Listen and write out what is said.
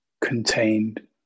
Contained